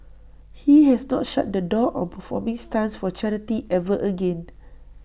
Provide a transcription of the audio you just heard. he has not shut the door on performing stunts for charity ever again